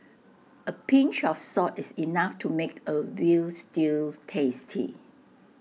A pinch of salt is enough to make A Veal Stew tasty